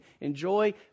enjoy